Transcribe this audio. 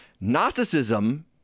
Gnosticism